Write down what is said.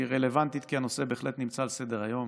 היא רלוונטית כי הנושא בהחלט נמצא על סדר-היום